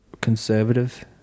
conservative